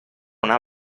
una